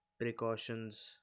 Precautions